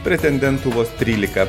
pretendentų vos trylika